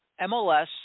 MLS